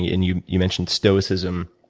you you mentioned stoicism.